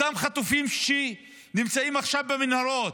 אותם חטופים שנמצאים עכשיו במנהרות,